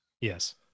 Yes